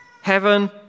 Heaven